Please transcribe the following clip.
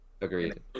Agreed